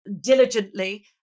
diligently